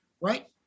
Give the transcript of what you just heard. Right